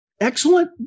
Excellent